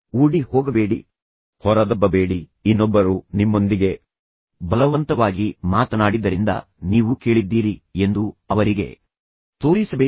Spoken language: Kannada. ಓಡಿ ಹೋಗಬೇಡಿ ಹೊರದಬ್ಬಬೇಡಿ ಇನ್ನೊಬ್ಬರು ನಿಮ್ಮೊಂದಿಗೆ ಬಲವಂತವಾಗಿ ಮಾತನಾಡಿದ್ದರಿಂದ ನೀವು ಕೇಳಿದ್ದೀರಿ ಎಂದು ಅವರಿಗೆ ತೋರಿಸಬೇಡಿ